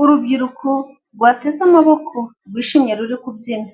Urubyiruko rwateze amaboko rwishimye ruri kubyina